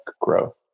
growth